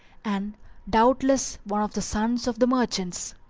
and doubtless one of the sons of the merchants.